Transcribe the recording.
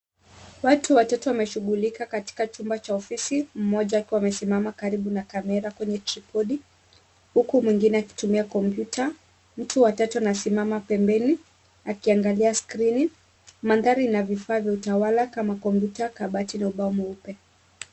Watu watatu wameshughulika katika chumba cha ofisi mmoja akiwa amesimama karibu na kamera kwenye tripodi, huku mwingine akitumia komputa. Mtu wa tatu anasimama pembeni akiangalia skrini. Mandhari ina vifaa vya utawala kama komputa kabati na ubao mweupe.